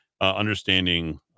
understanding